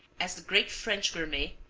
as the great french gourmet,